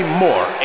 more